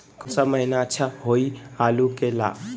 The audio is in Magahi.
कौन सा महीना अच्छा होइ आलू के ला?